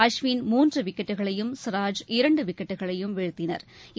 அஸ்வின் மூன்று விக்கெட்களையும் சிராஜ் இரண்டு விக்கெட்களையும் வீழ்த்தினா்